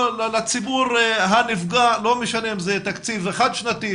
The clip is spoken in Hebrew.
לציבור הנפגע לא משנה אם זה תקציב חד שנתי,